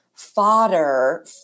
fodder